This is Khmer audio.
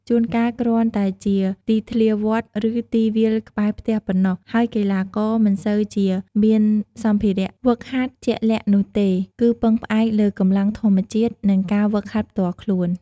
ជួនកាលគ្រាន់តែជាទីធ្លាវត្ត ឬទីវាលក្បែរផ្ទះប៉ុណ្ណោះ ហើយកីឡាករមិនសូវជាមានសម្ភារៈហ្វឹកហាត់ជាក់លាក់នោះទេ គឺពឹងផ្អែកលើកម្លាំងធម្មជាតិ និងការហ្វឹកហាត់ផ្ទាល់ខ្លួន។